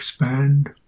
expand